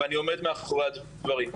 ואני עומד מאחורי הדברים.